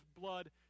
blood